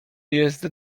jest